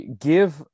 give